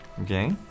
Okay